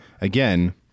again